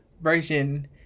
version